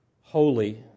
holy